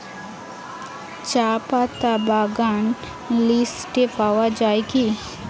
চাপাতা বাগান লিস্টে পাওয়া যায় কি?